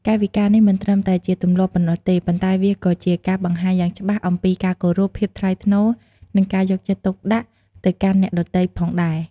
កាយវិការនេះមិនត្រឹមតែជាទម្លាប់ប៉ុណ្ណោះទេ ប៉ុន្តែវាក៏ជាការបង្ហាញយ៉ាងច្បាស់អំពីការគោរព ភាពថ្លៃថ្នូរ និងការយកចិត្តទុកដាក់ទៅកាន់អ្នកដទៃផងដែរ។